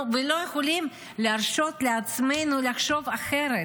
לא יכולים להרשות לעצמנו לחשוב אחרת.